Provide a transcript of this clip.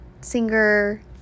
singer